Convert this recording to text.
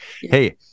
Hey